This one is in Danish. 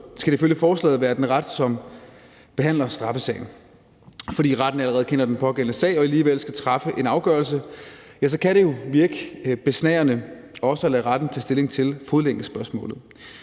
skal det ifølge forslaget være den ret, som behandler straffesagen; og fordi retten allerede kender den pågældende sag og alligevel skal træffe en afgørelse, kan det jo virke besnærende også at lade retten tage stilling til fodlænkespørgsmålet.